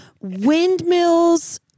windmills